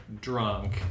drunk